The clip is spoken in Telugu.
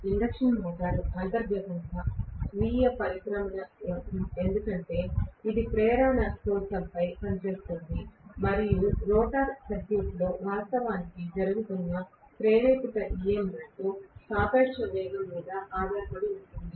ఇండక్షన్ మోటారు అంతర్గతంగా స్వీయ పరిబ్రమణం ఎందుకంటే ఇది ప్రేరణ సూత్రంపై పనిచేస్తుంది మరియు రోటర్ సర్క్యూట్లో వాస్తవానికి జరుగుతున్న ప్రేరేపిత EMF సాపేక్ష వేగం మీద ఆధారపడి ఉంటుంది